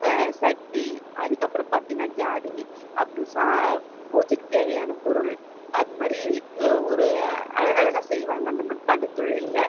சட்டி அதுக்கப்புறம் பார்த்தீங்கன்னா ஜாடி அப்புறம் சா பூஜைக்குத் தேவையான பொருள் அதுமாதிரி ஒரு அழகழகாக செய்வாங்க அந்த மண்பாண்டத் தொழிலில்